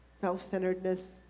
self-centeredness